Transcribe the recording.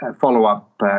follow-up